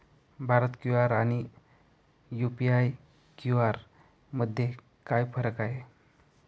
Bharat QR आणि UPI QR मध्ये काय फरक आहे?